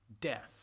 death